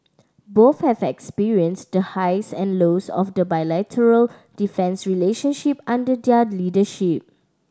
both have experienced the highs and lows of the bilateral defence relationship under their leadership